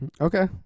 Okay